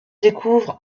découvre